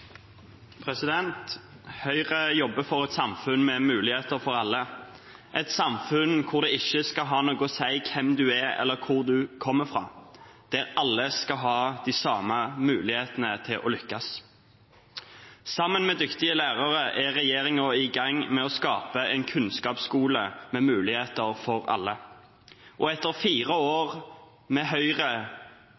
Høyre jobber for et samfunn med muligheter for alle – et samfunn hvor det ikke skal ha noe å si hvem du er, eller hvor du kommer fra, der alle skal ha de samme mulighetene til å lykkes. Sammen med dyktige lærere er regjeringen i gang med å skape en kunnskapsskole med muligheter for alle. Etter fire år